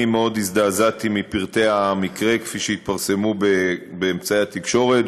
מאוד הזדעזעתי מפרטי המקרה שהתפרסמו באמצעי התקשורת,